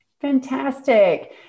Fantastic